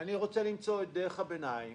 אני רוצה למצוא את דרך הביניים